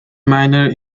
minor